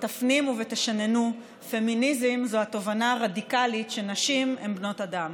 תפנימו ותשננו: פמיניזם זו התובנה הרדיקלית שנשים הן בנות אדם.